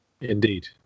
indeed